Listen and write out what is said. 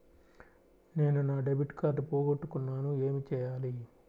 నేను నా debit card పోగొట్టుకున్నాను ఏమి చేయాలి?